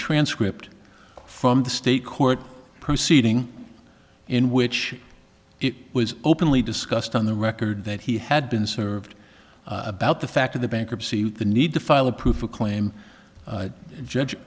transcript from the state court proceeding in which it was openly discussed on the record that he had been served about the fact of the bankruptcy with the need to file a proof a claim judge